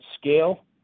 scale